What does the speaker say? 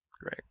Great